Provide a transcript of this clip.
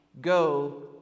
Go